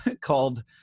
called